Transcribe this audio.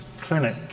clinic